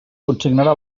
consignarà